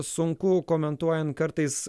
sunku komentuojant kartais